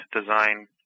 design